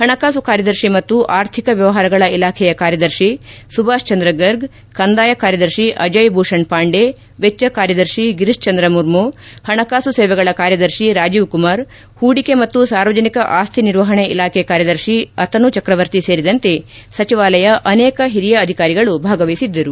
ಹಣಕಾಸು ಕಾರ್ಯದರ್ಶಿ ಮತ್ತು ಆರ್ಥಿಕ ವ್ಲವಹಾರಗಳ ಇಲಾಖೆಯ ಕಾರ್ಯದರ್ಶಿ ಸುಭಾಷ್ ಚಂದ್ರ ಗರ್ಗ್ ಕಂದಾಯ ಕಾರ್ಯದರ್ಶಿ ಅಜಯ್ ಭೂಷಣ್ ಪಾಂಡೆ ವೆಚ್ಚ ಕಾರ್ಯದರ್ಶಿ ಗಿರೀಶ್ ಚಂದ್ರ ಮರ್ಮು ಹಣಕಾಸು ಸೇವೆಗಳ ಕಾರ್ಯದರ್ಶಿ ರಾಜೀವ್ ಕುಮಾರ್ ಹೂಡಿಕೆ ಮತ್ತು ಸಾರ್ವಜನಿಕ ಆಸ್ತಿ ನಿರ್ವಹಣೆ ಇಲಾಖೆ ಕಾರ್ಯದರ್ಶಿ ಅತನು ಚಕ್ರವರ್ತಿ ಸೇರಿದಂತೆ ಸಚಿವಾಲಯ ಅನೇಕ ಹಿರಿಯ ಅಧಿಕಾರಿಗಳು ಭಾಗವಹಿಸಿದ್ದರು